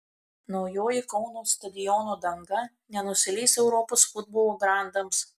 naujoji kauno stadiono danga nenusileis europos futbolo grandams